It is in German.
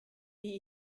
wie